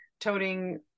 toting